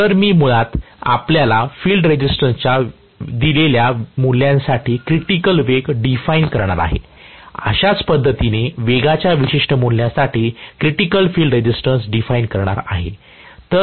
तर मी आता मुळात आपल्याला फील्ड रेसिस्टन्सच्या दिलेल्या मूल्यांसाठी क्रिटिकल वेग डिफाइन करणार आहे अशाच पद्धतीने वेगाच्या विशिष्ट मूल्यासाठी क्रिटिकल फील्ड रेझिस्टन्स डिफाइन करणार आहे